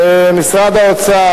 משרד האוצר,